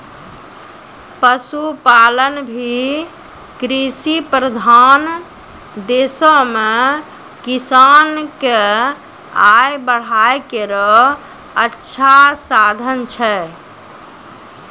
पशुपालन भी कृषि प्रधान देशो म किसान क आय बढ़ाय केरो अच्छा साधन छै